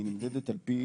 היא נמדדת על פי